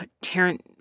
Tarrant